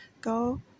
go